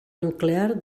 nuclear